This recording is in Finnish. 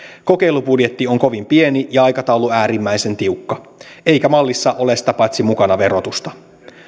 kokeilubudjetti on kovin pieni ja aikataulu äärimmäisen tiukka eikä mallissa ole sitä paitsi mukana verotusta